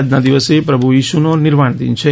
આજના દિવસે પ્રભુ ઇસુનો નિર્વાણદિન છે